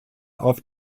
auf